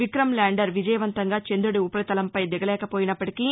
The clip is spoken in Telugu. విక్రమ్ ల్యాండర్ విజయవంతంగా చందుడి ఉపరితలంపై దిగలేకపోయినప్పటికీ